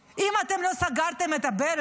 איך אתם רוצים לנצח אם לא סגרתם את הברז,